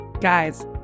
Guys